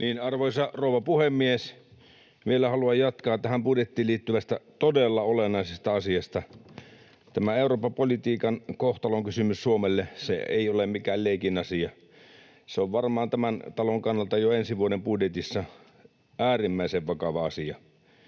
Arvoisa rouva puhemies! Vielä haluan jatkaa tähän budjettiin liittyvästä, todella olennaisesta asiasta. Tämä Eurooppa-politiikan kohtalonkysymys Suomelle ei ole mikään leikin asia. Se on varmaan tämän talon kannalta jo ensi vuoden budjetissa äärimmäisen vakava asia.